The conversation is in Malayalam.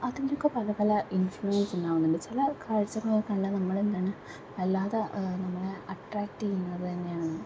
അതിനൊക്കെ പല പല ഇൻഫ്ലുൻസുണ്ടാക്കുന്നുണ്ട് ചില കാഴ്ചകളോക്കെ കണ്ടാൽ നമ്മള് എന്താണ് വല്ലാതെ നമ്മളെ അട്രാക്റ്റ് ചെയ്യുന്നത് തന്നെയാണ്